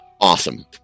awesome